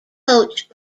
coach